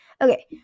Okay